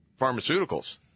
pharmaceuticals